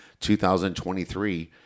2023